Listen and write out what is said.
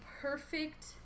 perfect